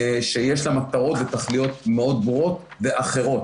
שיש לה מטרות ותכליות מאוד ברורות ואחרות,